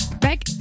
back